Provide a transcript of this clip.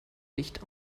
nicht